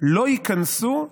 לא ייכנסו מספרים,